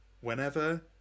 whenever